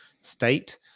state